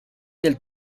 del